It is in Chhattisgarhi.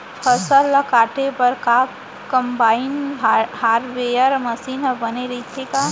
फसल ल काटे बर का कंबाइन हारवेस्टर मशीन ह बने रइथे का?